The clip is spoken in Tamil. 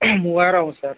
மூவாயிரம் ஆகும் சார்